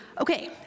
Okay